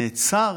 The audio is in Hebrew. נעצר